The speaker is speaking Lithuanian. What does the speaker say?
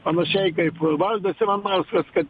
panašiai kaip valdas ivanauskas kad